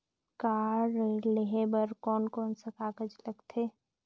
Car ऋण लेहे बार कोन कोन सा कागज़ लगथे?